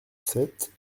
sept